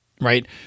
right